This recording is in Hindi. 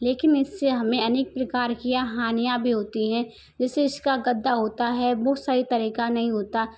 लेकिन इससे हमें अनेक प्रकार कीआ हानियाँ भी होती हैं जैसे इसका गद्दा होता है वो सही तरह का नहीं होता